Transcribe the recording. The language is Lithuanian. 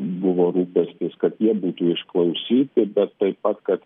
buvo rūpestis kad jie būtų išklausyti bet taip pat kad